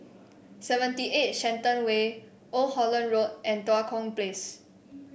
Seventy Eight Shenton Way Old Holland Road and Tua Kong Place